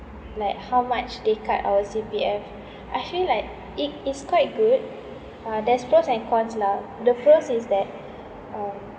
like how much they cut our C_P_F I feel like it is quite good uh there's pros and cons lah the pros is that um